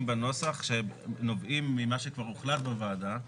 בנוסח שנובעים ממה שכבר הוחלט בוועדה.